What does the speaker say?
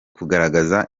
kugaragaza